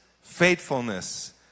faithfulness